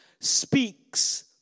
speaks